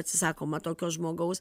atsisakoma tokio žmogaus